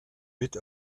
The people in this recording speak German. mit